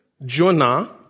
Jonah